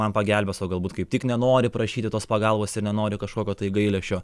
man pagelbės o galbūt kaip tik nenori prašyti tos pagalbos ir nenori kažkokio tai gailesčio